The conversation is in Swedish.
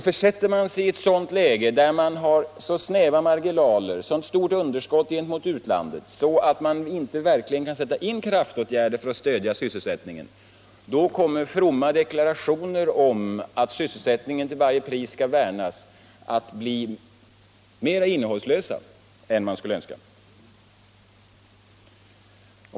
Försätter man sig i ett sådant läge, där man har så snäva marginaler och så stort underskott gentemot utlandet att man inte kan sätta in kraftåtgärder för att stödja sysselsättningen, då kommer fromma deklarationer om att sysselsättningen till varje pris måste värnas att bli mera innehållslösa än man skulle önska.